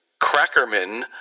Crackerman